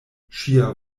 ŝia